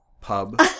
Pub